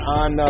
on